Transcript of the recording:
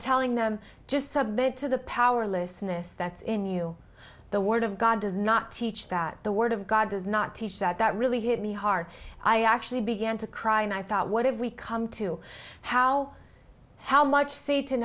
telling them just submit to the powerlessness that's in you the word of god does not teach that the word of god does not teach that that really hit me hard i actually began to cry and i thought what have we come to how how much s